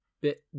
bit